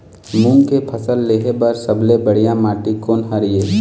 मूंग के फसल लेहे बर सबले बढ़िया माटी कोन हर ये?